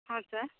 ହଁ ସାର୍